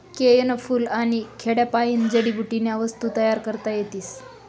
केयनं फूल आनी खोडपायीन जडीबुटीन्या वस्तू तयार करता येतीस